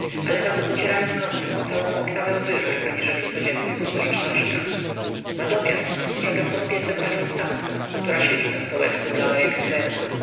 ale zato ucierają nosy o całą oktawę wyżej aniżeli w codziennych okolicznościach nadomiar spostrzegam pod piecem panią stawską która siedzi na stołeczku biała jak kreda